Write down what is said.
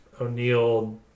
O'Neill